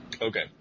Okay